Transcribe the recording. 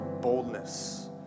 boldness